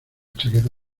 chaqueta